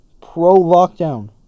Pro-lockdown